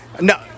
No